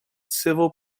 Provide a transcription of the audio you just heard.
civil